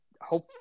hope